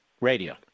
Radio